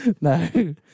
No